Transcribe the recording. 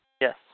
Yes